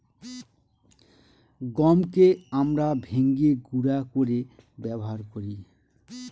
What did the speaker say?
গমকে আমরা ভেঙে গুঁড়া করে ব্যবহার করি